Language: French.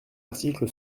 article